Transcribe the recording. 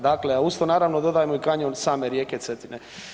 Dakle, a uz to naravno, dodajemo i kanjon same rijeke Cetine.